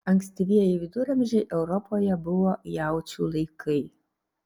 ankstyvieji viduramžiai europoje buvo jaučių laikai